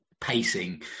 pacing